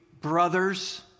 brothers